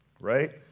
right